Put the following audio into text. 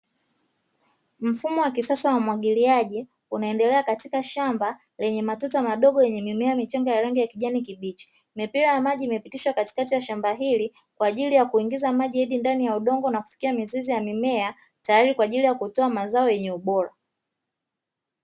Mfumo wa kisasa wa umwagiliaji unaendelea katika shamba lenye matuta madogo yenye mimea michanga ya rangi kijani kibichi, mipira ya maji imepitishwa katikati ya shamba hili kwa ajili ya kuingiza maji hadi ndani ya udongo na kufikia mizizi ya mimea tayari kwa ajili ya kutoa mazao yenye ubora.